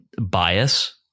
bias